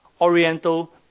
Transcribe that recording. Oriental